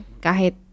kahit